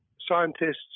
scientists